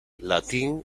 latín